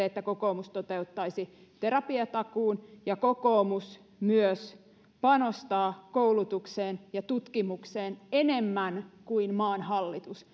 että kokoomus toteuttaisi terapiatakuun ja kokoomus myös panostaa koulutukseen ja tutkimukseen enemmän kuin maan hallitus